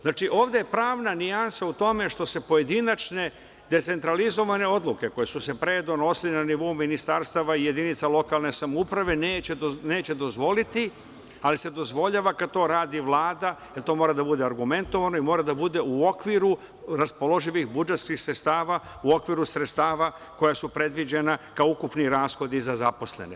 Znači, ovde je pravna nijansa u tome što se pojedinačne, decentralizovane odluke koje su se pre donosile na nivou ministarstva i jedinica lokalne samouprave, neće dozvoliti, ali se dozvoljava kad to radi Vlada, jer to mora da bude argumentovano i mora da bude u okviru raspoloživih budžetskih sredstava, u okviru sredstava koja su predviđena kao ukupni rashodi za zaposlene.